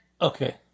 Okay